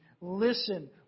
listen